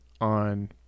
on